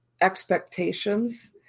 expectations